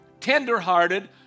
tenderhearted